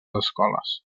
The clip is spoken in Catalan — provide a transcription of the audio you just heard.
escoles